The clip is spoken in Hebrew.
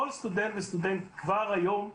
כל סטודנט וסטודנט כבר היום,